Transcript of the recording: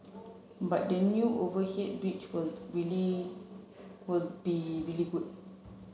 but the new overhead bridge will really will be really good